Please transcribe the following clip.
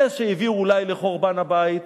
אלה שהביאו אולי לחורבן הבית,